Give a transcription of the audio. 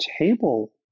table